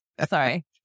Sorry